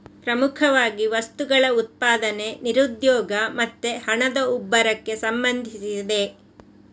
ಪ್ರಮುಖವಾಗಿ ವಸ್ತುಗಳ ಉತ್ಪಾದನೆ, ನಿರುದ್ಯೋಗ ಮತ್ತೆ ಹಣದ ಉಬ್ಬರಕ್ಕೆ ಸಂಬಂಧಿಸಿದೆ